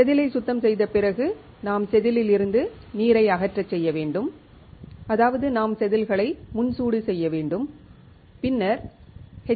செதிலை சுத்தம் செய்த பிறகு நாம் செதிலில் இருந்து நீரை அகற்றச் செய்ய வேண்டும் அதாவது நாம் செதில்களை முன் சூடு செய்ய வேண்டும் பின்னர் எச்